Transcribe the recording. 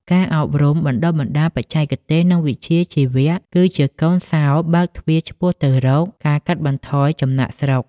ការអប់រំបណ្ដុះបណ្ដាលបច្ចេកទេស និងវិជ្ជាជីវៈ គឺជាកូនសោរបើកទ្វារឆ្ពោះទៅរកការកាត់បន្ថយចំណាកស្រុក។